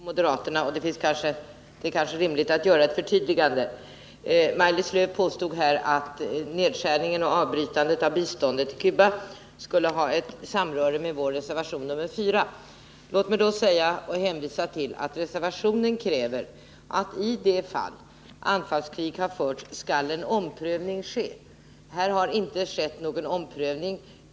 Herr talman! Eftersom Maj-Lis Lööw gjorde ett par hänsyftningar på moderaterna är det kanske rimligt att jag gör ett förtydligande. Maj-Lis Lööw påstod att nedskärningen och avbrytandet av biståndet till Cuba skulle ha samröre med vår reservation 4. Låt mig då betona att vi i reservationen kräver att en omprövning av biståndet skall ske i de fall anfallskrig har förts. Här har inte skett någon omprövning.